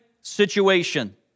situation